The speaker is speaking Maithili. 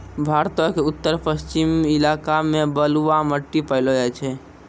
भारतो के उत्तर पश्चिम इलाका मे बलुआ मट्टी पायलो जाय छै